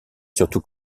surtout